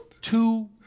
two